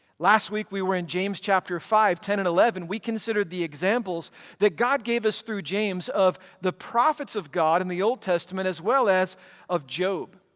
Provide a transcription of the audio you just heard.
last week we were in james chapter five ten and eleven, we considered the examples that god gave us through james of the prophets of god in the old testament, as well as of job.